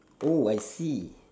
oh I see